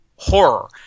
horror